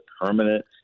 permanent